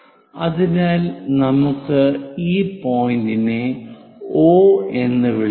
അതിനാൽ നമുക്ക് ഈ പോയിന്റിനെ O എന്ന് വിളിക്കാം